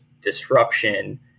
disruption